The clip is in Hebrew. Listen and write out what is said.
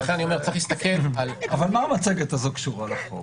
לכן אני אומר שצריך להסתכל --- מה המצגת הזאת קשורה לחוק?